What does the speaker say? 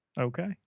Okay